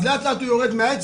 אז לאט-לאט הוא יורד מהעץ,